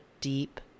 deep